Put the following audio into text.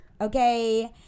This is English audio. Okay